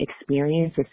experience